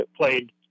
played